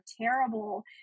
terrible